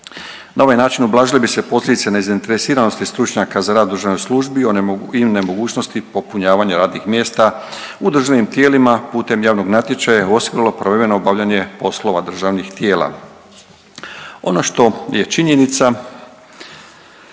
Na ovaj način ublažile se posljedice nezainteresiranosti stručnjaka za rad u državnoj službi u nemogućnosti popunjavanja radnih mjesta u državnim tijelima putem javnog natječaja i osiguralo pravovremeno obavljanje poslova državni tijela. Ono što je činjenica